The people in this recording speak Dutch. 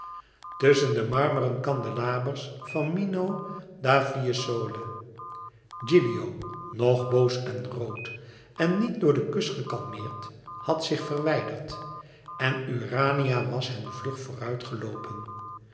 tusschen de marmeren kandelabers van mino da fiesole gilio nog boos en rood en niet door den kus gekalmeerd had zich verwijderd en urania was hen vlug